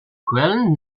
quellen